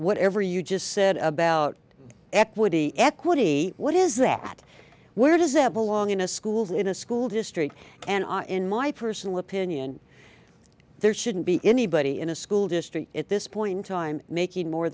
whatever you just said about equity equity what is that where does it belong in a school in a school district and in my personal opinion there shouldn't be anybody in a school district at this point in time making more